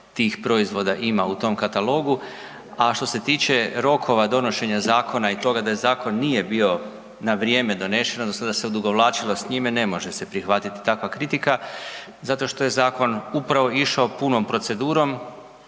tih proizvoda ima u tom katalogu. A što se tiče rokova donošenja zakona i toga da zakon nije bio na vrijeme donesen odnosno da se odugovlačilo s njime, ne može se prihvatiti takva kritika zato što je zakon upravo išao punom procedurom